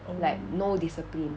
like no discipline